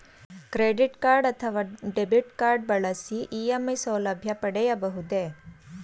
Credit card ಅಥವಾ debit card ಬಳಸಿ EMI ಸೌಲಭ್ಯ ಪಡೆಯಬಹುದೇ?